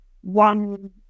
one